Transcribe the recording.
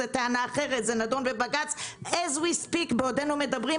זאת טענה אחרת וזה נדון בבג"ץ בעודנו מדברים,